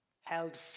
held